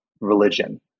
religion